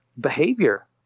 behavior